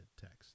Text